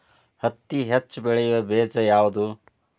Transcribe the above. ಹತ್ತಿ ಹೆಚ್ಚ ಬೆಳೆಯುವ ಬೇಜ ಯಾವುದು?